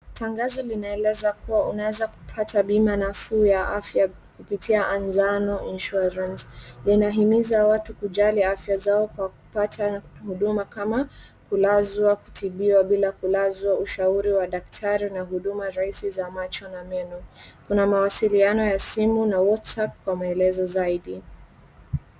Tangazo linaeleza kuwa unaweza kupata bima nafuu ya afya kupitia Anzano insurance linahimiza watu kujali afya zao kwa kupata huduma kama kulazwa, kutibiwa bila kulazwa, ushauri wa daktari na huduma rahisi za macho na meno. Kuna mawasiliano ya simu na whatsapp Kwa maelezo zaidi.